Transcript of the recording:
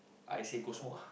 I say go smoke ah